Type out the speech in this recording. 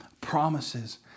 promises